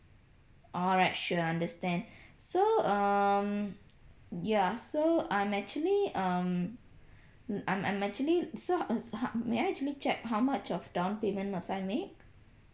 alright sure I understand so um ya so I'm actually um mm I'm I'm actually so uh uh may I actually check how much of down payment must I make